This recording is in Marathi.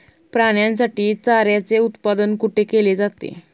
प्राण्यांसाठी चाऱ्याचे उत्पादन कुठे केले जाते?